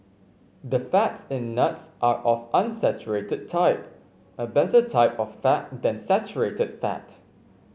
the fats in nuts are of unsaturated type a better type of fat than saturated fat